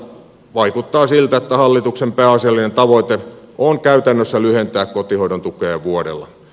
vaikuttaa siltä että hallituksen pääasiallinen tavoite on käytännössä lyhentää kotihoidon tukea vuodella